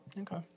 Okay